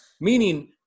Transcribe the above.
meaning